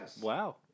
Wow